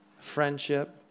Friendship